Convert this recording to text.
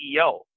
CEO